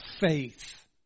Faith